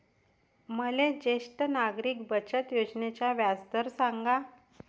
मले ज्येष्ठ नागरिक बचत योजनेचा व्याजदर सांगा